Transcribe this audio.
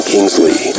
Kingsley